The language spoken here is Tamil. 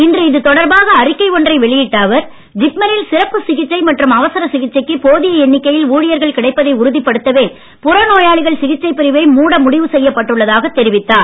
இன்று இது தொடர்பாக அறிக்கை ஒன்றை வெளியிட்ட அவர் ஜிப்மரில் சிறப்பு சிகிச்சை மற்றும் அவசர சிகிச்சைக்கு போதிய எண்ணிக்கையில் ஊழியர்கள் கிடைப்பதை உறுதிப்படுத்தவே புறநோயாளிகள் சிகிச்சைப் பிரிவை மூட முடிவு செய்யப்பட்டுள்ளதாக தெரிவித்தார்